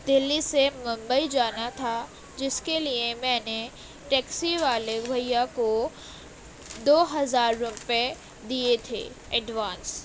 دلی سے ممبئی جانا تھا جس کے لیے میں نے ٹیکسی والے بھیا کو دو ہزار روپے دیے تھے ایڈوانس